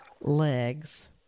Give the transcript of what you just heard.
legs